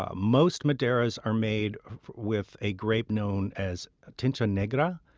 ah most madeiras are made with a grape known as tinta negra,